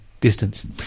distance